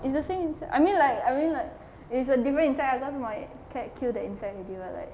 it's the same insect I mean like I mean like is a different insect ah cause my cat kill that insect already [what] like